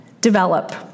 develop